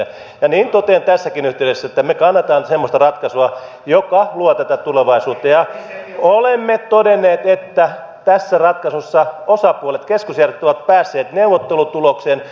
ja niin totean tässäkin yhteydessä että me kannatamme semmoista ratkaisua joka luo tätä tulevaisuutta ja olemme todenneet että tässä ratkaisussa osapuolet keskusjärjestöt ovat päässeet neuvottelutulokseen